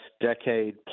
decade